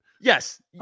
Yes